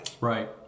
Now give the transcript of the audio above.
right